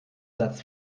satz